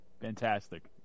Fantastic